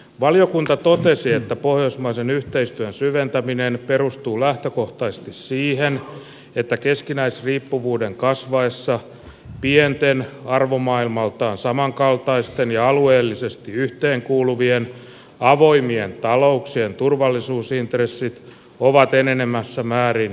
valiokunta totesi että pohjoismaisen yhteistyön syventäminen perustuu lähtökohtaisesti siihen että keskinäisriippuvuuden kasvaessa pienten arvomaailmaltaan samankaltaisten ja alueellisesti yhteenkuuluvien avoimien talouksien turvallisuusintressit ovat enenevässä määrin yhteneväisiä